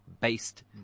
based